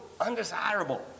undesirable